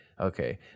okay